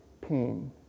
pain